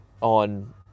on